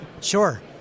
Sure